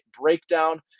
Breakdown